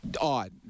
odd